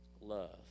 love